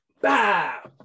bow